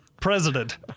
President